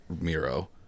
Miro